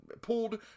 pulled